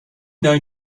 down